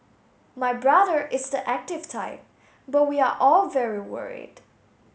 my brother is the active type but we are all very worried